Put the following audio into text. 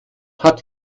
hat